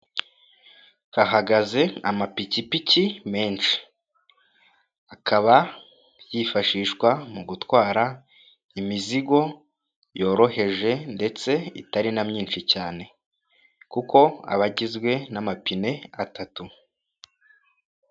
Hahagaze amapikipiki menshi akaba yifashishwa mu gutwara imizigo yoroheje ndetse itari na myinshi cyane, kuko abagizwe n'amapine atatu.